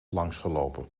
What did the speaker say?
langsgelopen